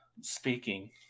speaking